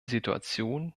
situation